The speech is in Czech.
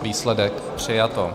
Výsledek: přijato.